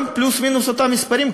גם פלוס-מינוס לאותם מספרים,